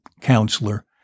counselor